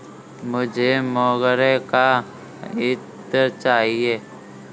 मुझे मोगरे का इत्र चाहिए